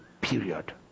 period